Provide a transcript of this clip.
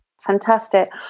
Fantastic